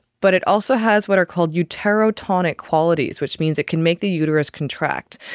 but it also has what are called uterotonic qualities, which means it can make the uterus contract.